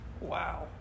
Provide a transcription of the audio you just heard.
Wow